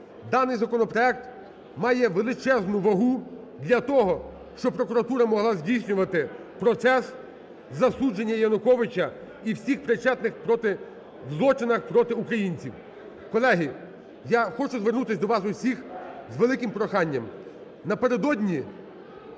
даний законопроект має величезну вагу для того, щоб прокуратура могла здійснювати процес засудження Януковича і всіх причетних проти… в злочинах проти українців. Колеги, я хочу звернутися до вас усіх з великим проханням.